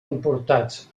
importats